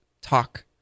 talk